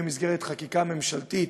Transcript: במסגרת חקיקה ממשלתית,